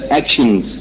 actions